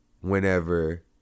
whenever